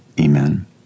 Amen